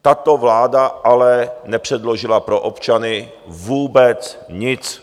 Tato vláda ale nepředložila pro občany vůbec nic.